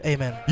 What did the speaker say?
Amen